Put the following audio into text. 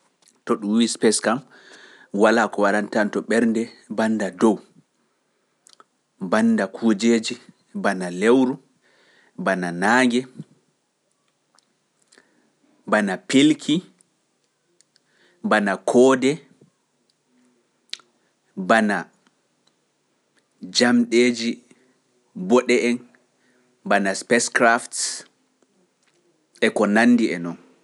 To ɗum wii space kam, walaa ko warantanto ɓernde bannda dow, bannda kujeeji, bana lewru, bana naange, bana pilki, bana koode, bana jamɗeeji mboɗe en, bana spacecraft e ko nanndi e noon.